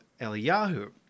Eliyahu